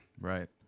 Right